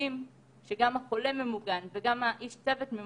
הראשון ועד האחרון.